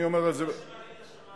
אני מקווה שמרינה שומעת אותך.